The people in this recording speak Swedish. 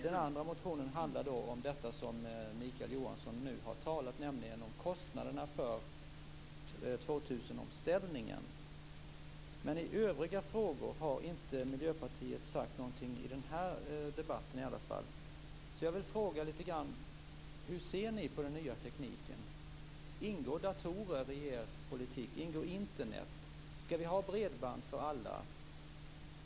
Den andra motionen handlar om det som Mikael Johansson nu har talat om, nämligen om kostnaderna för år I övriga frågor har inte Miljöpartiet sagt någonting, inte i den här debatten i alla fall. Jag vill fråga: Hur ser ni på den nya tekniken? Ingår datorer i er politik? Ingår Internet? Skall vi ha bredband för alla?